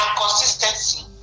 consistency